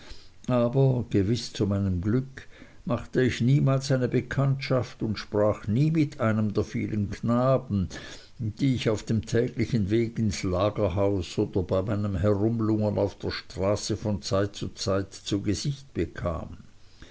aber gewiß zu meinem glück machte ich niemals eine bekanntschaft und sprach nie mit einem der vielen knaben die ich auf dem täglichen weg ins lagerhaus oder bei meinem herumlungern auf der straße von zeit zu zeit zu gesicht bekam